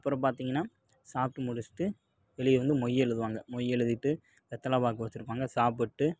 அப்புறம் பார்த்தீங்கன்னா சாப்பிட்டு முடிச்சுட்டு வெளியே வந்து மொய் எழுதுவாங்க மொய் எழுதிட்டு வெற்றில பாக்கு வச்சுருப்பாங்க சாப்பிட்டு